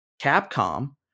Capcom